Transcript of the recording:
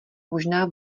možná